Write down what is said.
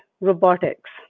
robotics